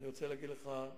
אני רוצה להגיד לך,